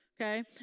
Okay